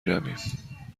رویم